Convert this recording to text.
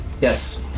Yes